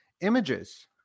images